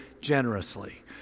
generously